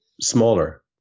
smaller